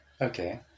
okay